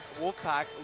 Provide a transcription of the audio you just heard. Wolfpack